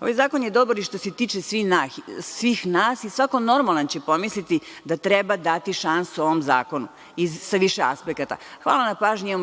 Ovaj zakon je dobar i što se tiče svih nas i svako normalan će pomisliti da treba dati šansu ovom zakonu sa više aspekata. Hvala na pažnji,